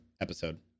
episode